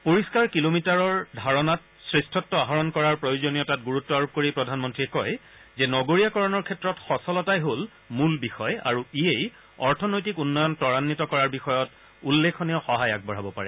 পৰিষ্কাৰ কিলোমিটাৰৰ ধাৰণাত শ্ৰেষ্ঠত্ আহৰণ কৰাৰ প্ৰয়োজনীয়তাত গুৰুত্ব আৰোপ কৰি প্ৰধানমন্ত্ৰীয়ে কয় যে নগৰীয়াকৰণৰ ক্ষেত্ৰত সচলতাই হল মূল বিষয় আৰু ইয়েই অৰ্থনৈতিক উন্নয়ন তৰান্বিত কৰাৰ বিষয়ত উল্লেখনীয় সহায় আগবঢ়াব পাৰে